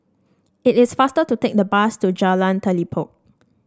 it is faster to take the bus to Jalan Telipok